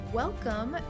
welcome